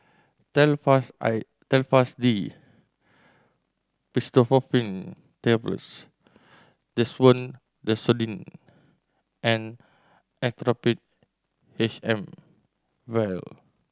Telfast I Telfast D Pseudoephrine Tablets Desowen Desonide and Actrapid H M Vial